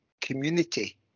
community